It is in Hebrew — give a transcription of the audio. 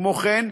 כמו כן,